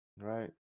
Right